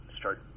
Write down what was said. start